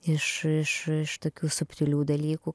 iš iš iš tokių subtilių dalykų